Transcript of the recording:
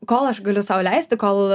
kol aš galiu sau leisti kol